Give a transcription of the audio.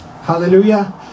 Hallelujah